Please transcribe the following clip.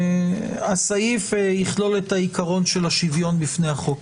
שהסעיף יכלול את העקרון של השוויון בפני החוק.